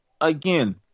again